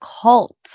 cult